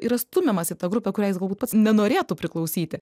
yra stumiamas į tą grupę kuriai jis galbūt pats nenorėtų priklausyti